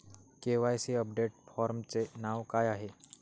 KYC update फॉर्मचे नाव काय आहे?